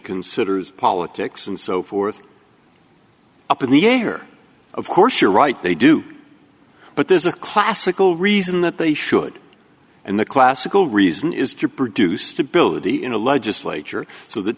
considers politics and so forth up in the air of course you're right they do but there's a classical reason that they should and the classical reason is to produce stability in a legislature so th